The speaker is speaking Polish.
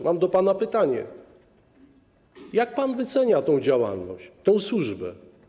Mam do pana pytanie: Jak pan wycenia tę działalność, tę służbę?